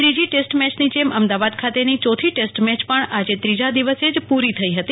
ત્રીજી ટેસ્ટમે ચની જેમ અમદાવાદ ખાતેની ચોથી ટેસ્ટમેચ પણ આજે ત્રોજા દિવસે જ પુરી થઈ હતી